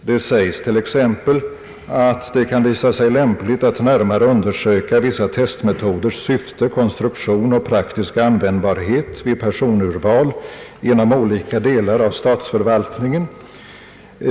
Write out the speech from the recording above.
Det sägs t.ex. att det »kan visa sig lämpligt att närmare undersöka vissa testmetoders syfte, konstruktion och praktiska användbarhet vid personur val inom olika delar av statsförvaltningen».